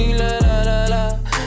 la-la-la-la